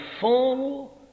fall